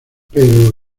pero